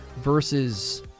versus